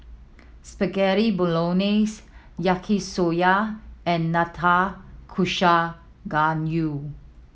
Spaghetti Bolognese Yaki Soba and Nanakusa Gayu